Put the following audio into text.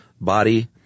body